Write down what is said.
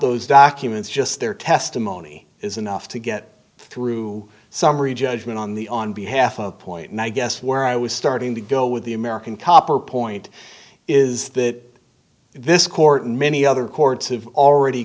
those documents just their testimony is enough to get through summary judgment on the on behalf of point and i guess where i was starting to go with the american copper point is that this court and many other courts have already